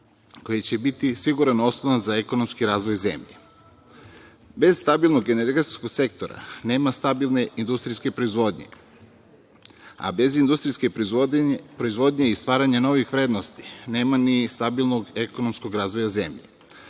koji će biti siguran oslonac za ekonomski razvoj zemlje. Bez stabilnog energetskog sektora nema stabilne industrijske proizvodnje, a bez industrijske proizvodnje i stvaranja novih vrednosti nema ni stabilnog ekonomskog razvoja zemlje.